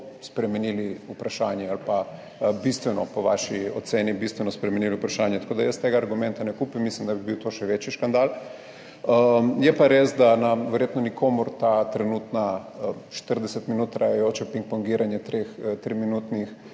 spremenili vprašanje ali pa bistveno, po vaši oceni bistveno spremenili vprašanje. Tako da jaz tega argumenta ne kupim, mislim, da bi bil to še večji škandal. Je pa res, da nam verjetno nikomur ta trenutna 40 minut trajajoče pingpongiranje tri minutnih